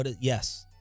yes